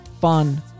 fun